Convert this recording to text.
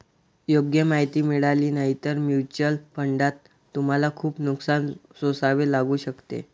योग्य माहिती मिळाली नाही तर म्युच्युअल फंडात तुम्हाला खूप नुकसान सोसावे लागू शकते